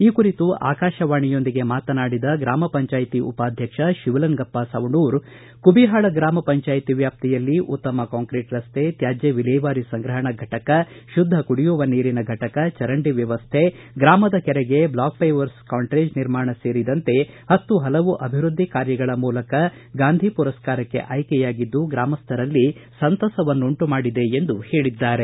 ಈ ಕುರಿತು ಆಕಾಶವಾಣಿಯೊಂದಿಗೆ ಮಾತನಾಡಿದ ಗ್ರಾಮ ಪಂಚಾಯತಿ ಉಪಾಧ್ಯಕ್ಷ ಶಿವಲಿಂಗಪ್ಪ ಸವಣೂರು ಕುಬಿಹಾಳ ಗ್ರಾಮ ಪಂಚಾಯ್ತಿ ವ್ಯಾಪ್ತಿಯಲ್ಲಿ ಉತ್ತಮ ಕಾಂಕ್ರೀಟ್ ರಸ್ತೆ ತ್ಕಾಜ್ಞ ವಿಲೇವಾರಿ ಸಂಗ್ರಹಣಾ ಘಟಕ ಶುದ್ಧ ಕುಡಿಯುವ ನೀರಿನ ಘಟಕ ಚರಂಡಿ ವ್ಕವಸ್ಥೆ ಗ್ರಾಮದ ಕೆರೆಗೆ ಬ್ಲಾಕ್ ಪೇವರ್ಸ್ ಕಂಟ್ರೇಜ್ ನಿರ್ಮಾಣ ಸೇರಿದಂತೆ ಪತ್ತು ಪಲವು ಅಭಿವೃದ್ಧಿ ಕಾರ್ಯಗಳ ಮೂಲಕ ಗಾಂಧಿ ಪುರಸ್ಕಾರಕ್ಕೆ ಆಯ್ಕೆಯಾಗಿದ್ದು ಗ್ರಾಮಸ್ಥರಲ್ಲಿ ಸಂತಸವನ್ನುಂಟು ಮಾಡಿದೆ ಎಂದು ಹೇಳಿದ್ದಾರೆ